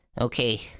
Okay